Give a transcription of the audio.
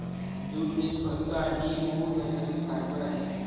jute एक स्वस्त आणि मऊ नैसर्गिक फायबर आहे